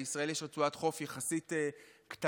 ולישראל יש רצועת חוף יחסית קטנה,